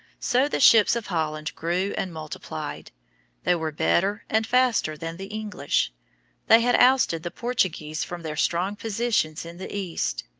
so the ships of holland grew and multiplied they were better and faster than the english they had ousted the portuguese from their strong positions in the east.